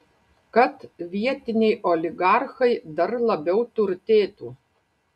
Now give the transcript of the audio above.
kad vietiniai oligarchai dar labiau turtėtų